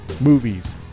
movies